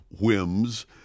whims